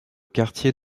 quartier